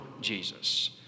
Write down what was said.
Jesus